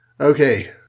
Okay